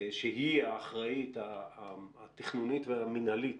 שהיא האחראית התכנונית והמנהלית